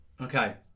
Okay